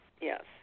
Yes